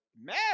mad